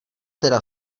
teda